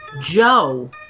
Joe